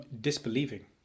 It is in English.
disbelieving